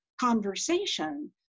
conversation